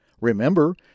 Remember